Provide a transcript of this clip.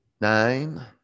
nine